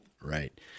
right